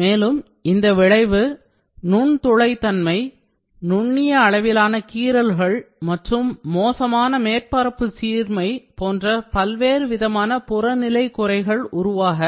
மேலும் இந்த விளைவு நுண்துளை தன்மை நுண்ணிய அளவிலான கீறல்கள் மற்றும் மோசமான மேற்பரப்பு சீர்மை போன்ற பல்வேறு விதமான புறநிலை குறைகள் உருவாக